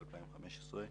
ב-2015.